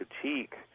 critique